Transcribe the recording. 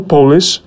Polish